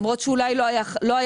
למרות שאולי לא היה חייב,